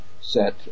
set